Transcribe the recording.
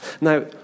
Now